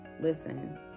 Listen